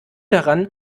daran